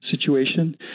situation